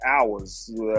hours